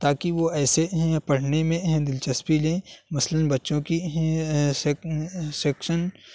تاکہ وہ ایسے پڑھنے میں دلچسپی لیں مثلاً بچوں کی سیکشن